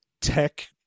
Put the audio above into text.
tech